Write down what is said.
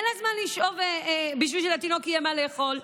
אין לה זמן לשאוב בשביל שלתינוק יהיה מה לאכול.